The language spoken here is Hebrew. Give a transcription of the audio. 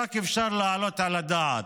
שרק אפשר להעלות על הדעת.